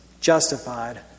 justified